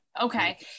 Okay